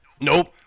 Nope